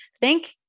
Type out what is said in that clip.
thank